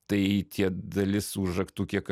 tai tie dalis užraktų kiek